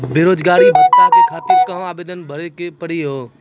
बेरोजगारी भत्ता के खातिर कहां आवेदन भरे के पड़ी हो?